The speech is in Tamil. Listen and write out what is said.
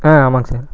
ஆ ஆமாம்ங்க சார்